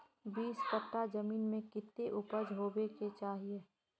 बीस कट्ठा जमीन में कितने उपज होबे के चाहिए?